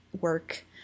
work